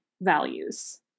values